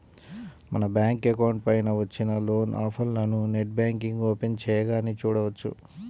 మన bank account పైన వచ్చిన లోన్ ఆఫర్లను నెట్ బ్యాంకింగ్ ఓపెన్ చేయగానే చూడవచ్చు